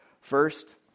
First